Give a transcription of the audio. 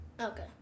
Okay